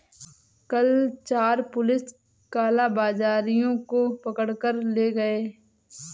कल पुलिस चार कालाबाजारियों को पकड़ कर ले गए